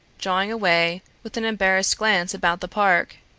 drawing away with an embarrassed glance about the park.